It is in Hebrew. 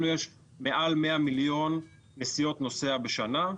לנו יש מעל 100 מיליון נסיעות נוסע בשנה.